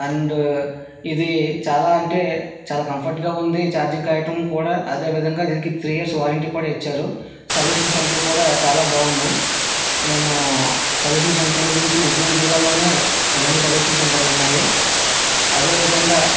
and ఇది చాలా అంటే చాలా కంఫర్ట్గా ఉంది ఛార్జింగ్ కాయటం కూడా అదే విధంగా దీనికి త్రీ ఇయర్స్ వారంటీ కూడా ఇచ్చారు సర్వీసింగ్ సెంటర్లు కూడా చాలా బాగున్నాయి నేను సర్వీసింగ్ సెంటర్లు దీనికి విజయనగరం జిల్లాలోనే రెండు సర్వీసింగ్ సెంటర్లు ఉన్నాయి అదే విధంగా